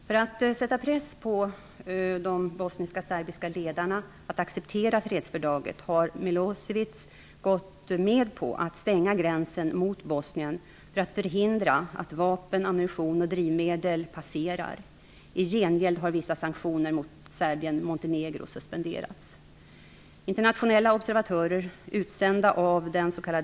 För att sätta press på de bosnisk-serbiska ledarna att acceptera fredsförslaget har Milosevic gått med på att stänga gränsen mot Bosnien för att förhindra att vapen, ammunition och drivmedel passerar. I gengäld har vissa sanktioner mot Serbien-Montenegro suspenderats.